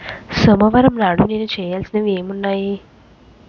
సోమవారం నాడు నేను చేయాల్సినవి ఏమున్నాయి